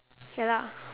ya lah